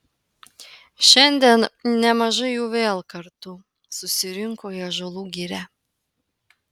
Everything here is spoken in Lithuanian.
šiandien nemažai jų vėl kartu susirinko į ąžuolų girią